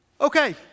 okay